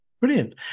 Brilliant